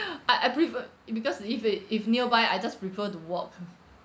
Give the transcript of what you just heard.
I I prefer it because if it if nearby I just prefer to walk